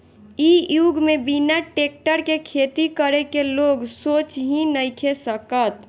इ युग में बिना टेक्टर के खेती करे के लोग सोच ही नइखे सकत